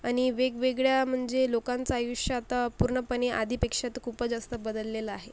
आणि वेगवेगळ्या म्हणजे लोकांचं आयुष्य आता पूर्णपणे आधीपेक्षा तर खूपच जास्त बदललेलं आहे